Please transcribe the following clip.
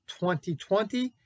2020